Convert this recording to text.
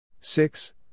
six